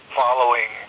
following